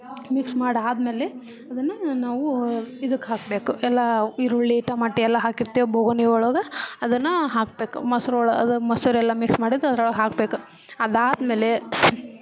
mix ಮಾಡಾದ್ಮೇಲೆ ಅದನ್ನು ನಾವು ಇದಕ್ಕೆ ಹಾಕಬೇಕು ಎಲ್ಲ ಈರುಳ್ಳಿ ಟೊಮೆಟೊ ಎಲ್ಲ ಹಾಕಿರ್ತೇವೆ ಬೋಗುಣಿ ಒಳಗೆ ಅದನ್ನು ಹಾಕ್ಬೇಕು ಮೊಸರೊಳಗೆ ಅದು ಮೊಸರೆಲ್ಲ ಮಿಕ್ಸ್ ಮಾಡಿದ್ದು ಅದ್ರೊಳಗೆ ಹಾಕ್ಬೇಕು ಅದಾದ್ಮೇಲೆ